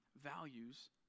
values